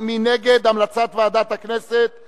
יש אור בקצה המנהרה.